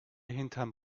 hinterm